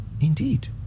indeed